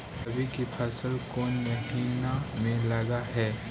रबी की फसल कोन महिना में लग है?